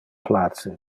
place